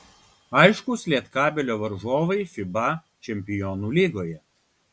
aiškūs lietkabelio varžovai fiba čempionų lygoje